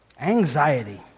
Anxiety